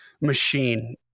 machine